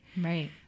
right